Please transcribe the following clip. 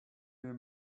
you